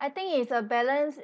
I think it's a balance